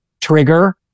Trigger